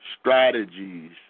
Strategies